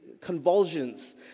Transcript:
convulsions